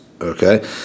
Okay